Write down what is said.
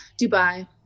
Dubai